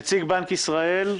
נציג בנק ישראל,